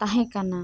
ᱛᱟᱦᱮᱸ ᱠᱟᱱᱟ